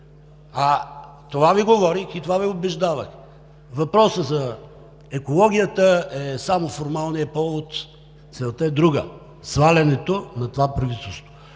а това Ви говорих и това Ви убеждавах. Въпросът за екологията е само формалният повод, а целта е друга – свалянето на това правителство,